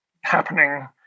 happening